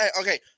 okay